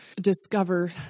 discover